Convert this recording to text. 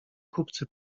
kupcy